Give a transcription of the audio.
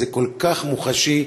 זה כל כך מוחשי.